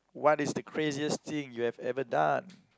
what is the craziest thing you've ever done